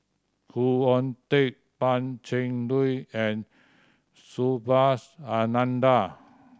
Khoo Oon Teik Pan Cheng Lui and Subhas Anandan